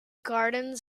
gardens